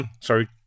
sorry